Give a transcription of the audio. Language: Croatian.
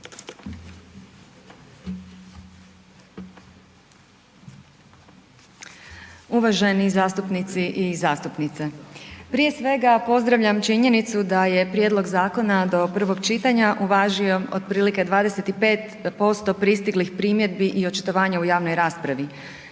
Uvaženi zastupnici i zastupnice prije svega pozdravljam činjenicu da je prijedlog zakona do prvog čitanja uvažio otprilike 25% pristiglih primjedbi i očitovanja u javnoj raspravi,